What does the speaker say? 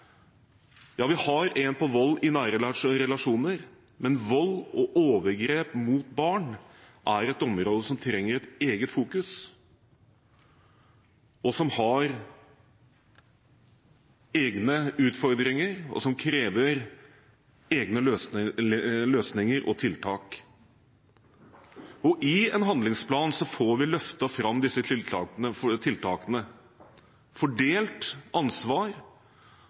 Ja, vi har en handlingsplan mot vold i nære relasjoner, men vold og overgrep mot barn er et område som trenger et eget fokus, som har egne utfordringer, og som krever egne løsninger og tiltak. I en handlingsplan får vi løftet fram disse tiltakene, fordelt ansvar og forhåpentligvis også tidfestet gjennomføringen. Dette er viktig for